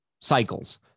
cycles